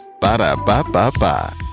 Ba-da-ba-ba-ba